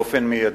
באופן מיידי.